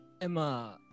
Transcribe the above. Emma